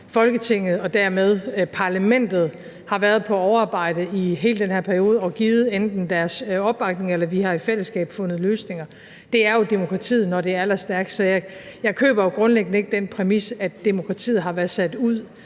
Folketinget og dermed parlamentet har været på overarbejde i hele den her periode og enten givet deres opbakning eller været med til, at vi i fællesskab har fundet løsninger. Det er jo demokratiet, når det er allerstærkest. Så jeg køber jo grundlæggende ikke den præmis, at demokratiet har været sat ud